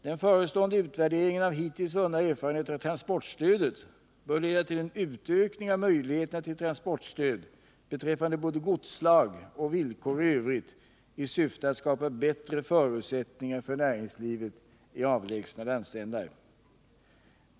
Den förestående utvärderingen av hittills vunna erfarenheter av transportstödet bör leda till utökning av möjligheterna till transportstöd beträffande både godsslag och villkor i övrigt i syfte att skapa bättre förutsättningar för näringslivet i avlägsna landsdelar.